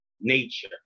nature